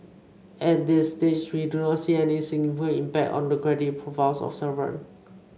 at this stage we do not see any significant impact on the credit profiles of sovereign